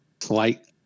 slight